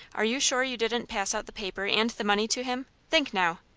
are you sure you didn't pass out the paper and the money to him? think now.